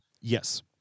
Yes